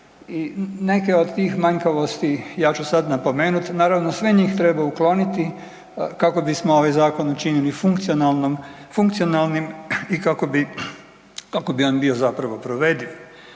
i neke od tih manjkavosti ja ću sad napomenut. Naravno, sve njih treba ukloniti kako bismo ovaj zakon učinili funkcionalnom, funkcionalnim i kako bi, kako bi on bio zapravo provediv.